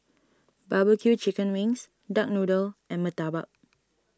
Barbecue Chicken Wings Duck Noodle and Murtabak